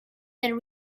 and